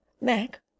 Mac